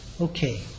Okay